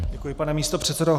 Děkuji, pane místopředsedo.